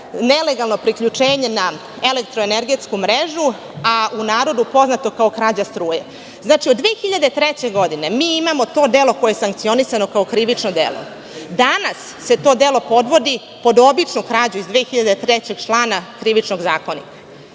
nelegalno priključenje na elektro energetsku mrežu, u narodu poznato kao krađa struje. Znači od 2003. godine mi imamo to delo koje je sankcionisano kao krivično delo. Danas se to delo podvodi pod običnu krađu iz 2003 člana Krivičnog zakonika. Mislim